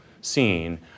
scene